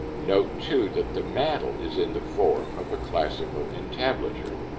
note, too, that the mantel is in the form of a classical entablature.